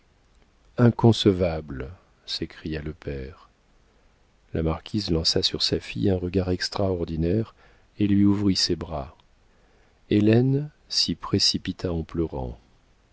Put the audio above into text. inconcevable s'écria le père la marquise lança sur sa fille un regard extraordinaire et lui ouvrit les bras hélène s'y précipita en pleurant